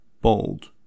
bold